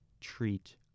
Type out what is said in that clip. treat